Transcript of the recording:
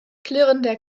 klirrender